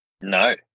No